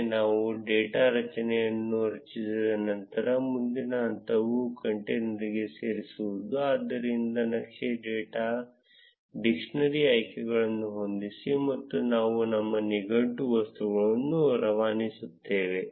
ಒಮ್ಮೆ ನಾವು ಡೇಟಾ ರಚನೆಯನ್ನು ರಚಿಸಿದ ನಂತರ ಮುಂದಿನ ಹಂತವು ಕಂಟೇನರ್ಗೆ ಸೇರಿಸುವುದು ಆದ್ದರಿಂದ ನಕ್ಷೆ ಡಾಟ್ ಡಿಕ್ಷನರಿ ಆಯ್ಕೆಗಳನ್ನು ಹೊಂದಿಸಿ ಮತ್ತು ನಾವು ನಮ್ಮ ನಿಘಂಟು ವಸ್ತುವನ್ನು ರವಾನಿಸುತ್ತೇವೆ